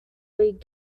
league